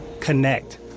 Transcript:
connect